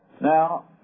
Now